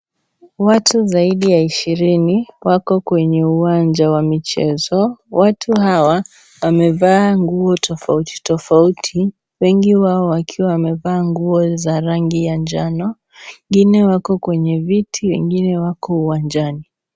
Watu zaidi ya ishirini wako kwenye uwanja wa michezo watu hawa wamevaa nguo tofauti tofauti wengi wao wakiwa wamevaa nguo za rangi ya njano wengine wako kwenye viti wengine wako uwanjani.